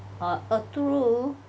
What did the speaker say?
orh err true